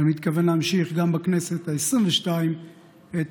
אני מתכוון להמשיך גם בכנסת העשרים-ושתים את